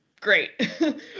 Great